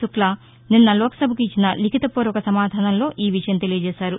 శుక్లా నిన్న లోక్సభకు ఇచ్చిన లిఖిలపూర్వక సమాధానంలో ఈ విషయం తెలియజేశారు